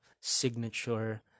signature